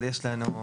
אבל, יש לנו עוד